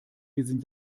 diesen